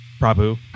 Prabhu